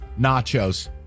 nachos